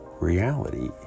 reality